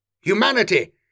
Humanity